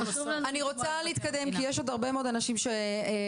אני רוצה להתקדם כי יש עוד הרבה מאוד אנשים שרוצים